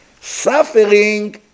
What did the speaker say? Suffering